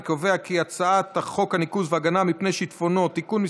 אני קובע כי הצעת חוק הניקוז והגנה מפני שיטפונות (תיקון מס'